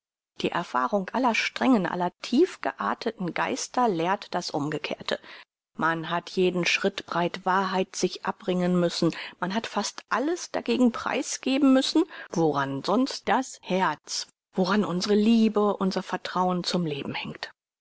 die erfahrung aller strengen aller tief gearteten geister lehrt das umgekehrte man hat jeden schritt breit wahrheit sich abringen müssen man hat fast alles dagegen preisgeben müssen woran sonst da herz woran unsre liebe unser vertrauen zum leben hängt